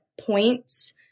points